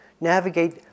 navigate